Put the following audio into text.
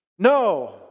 No